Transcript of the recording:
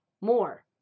more